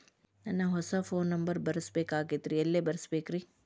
ನಂದ ಹೊಸಾ phone number ಬರಸಬೇಕ್ ಆಗೈತ್ರಿ ಎಲ್ಲೆ ಬರಸ್ಬೇಕ್ರಿ?